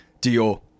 Dior